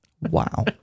Wow